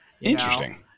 Interesting